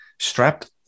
strapped